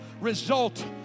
result